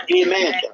amen